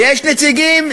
ויש נציגים